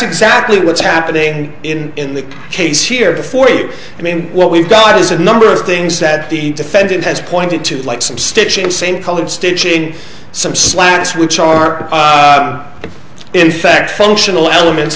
exactly what's happening in in the case here before it i mean what we've got is a number of things that the defendant has pointed to like some stitching same colored stitching some slats which are in fact functional elements